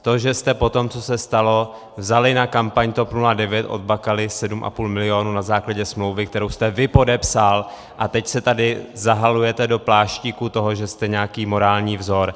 To, že jste po tom, co se stalo, vzali na kampaň TOP 09 od Bakaly sedm a půl milionu na základě smlouvy, kterou jste vy podepsal, a teď se tady zahalujete do pláštíku toho, že jste nějaký morální vzor.